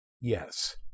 yes